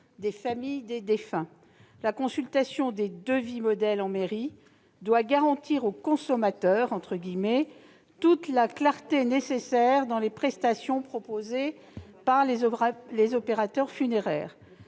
les familles des défunts. La consultation des devis modèles en mairie doit garantir au « consommateur » toute la clarté nécessaire concernant les prestations proposées par les opérateurs funéraires.